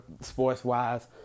sports-wise